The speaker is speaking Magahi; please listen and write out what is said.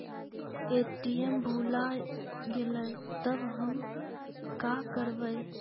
ए.टी.एम भुला गेलय तब हम काकरवय?